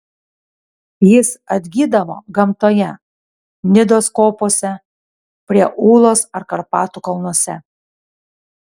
jis atgydavo gamtoje nidos kopose prie ūlos ar karpatų kalnuose